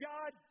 God